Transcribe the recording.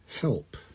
help